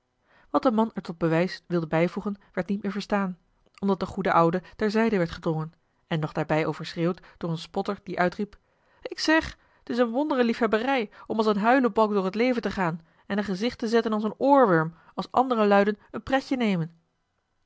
wat de man er tot bewijs wilde bijvoegen werd niet meer verstaan omdat de goede oude ter zijde werd gedrongen en nog daarbij overschreeuwd door een spotter die uitriep ik zeg t is eene wondere liefhebberij om als een huilebalk door het leven te gaan en een gezicht te zetten als een oorwurm als andere luiden een pretje nemen